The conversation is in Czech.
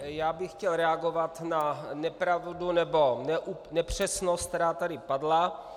Já bych chtěl reagovat na nepravdu nebo nepřesnost, která tady padla.